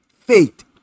Faith